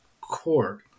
court